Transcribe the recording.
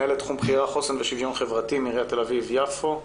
מנהלת תחום בכירה- חוסן ושוויון חברתי מעיריית תל אביב יפו.